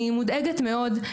אני מודאגת מאוד,